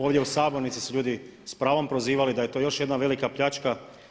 Ovdje u sabornici su ljudi s pravom prozivali da je to još jedna velika pljačka.